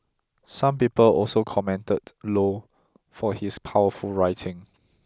some people also commended Low for his powerful writing